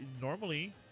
normally